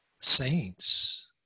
Saints